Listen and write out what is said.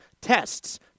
tests